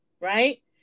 Right